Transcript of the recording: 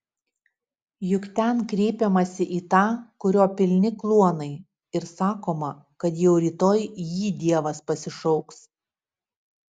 juk ten kreipiamasi į tą kurio pilni kluonai ir sakoma kad jau rytoj jį dievas pasišauks